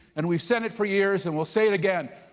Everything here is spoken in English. and we've said it for years and we'll say it again,